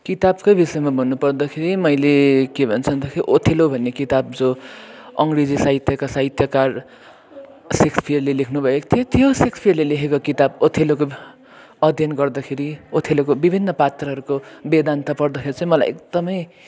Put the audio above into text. किताबकै विषयमा भन्नु पर्दाखेरि मैले के भन्छ अन्तखेरि ओथेलो भन्ने किताब जो अङ्ग्रेजी साहित्यका साहित्यकार सेक्सपियरले लेख्नुभएको थियो त्यो सेक्सपियरले लेखेको किताब ओथेलोको अध्ययन गर्दाखेरि ओथेलोको विभिन्न पात्रहरूको वेदान्त पढ्दाखेरि चाहिँ मलाई एकदमै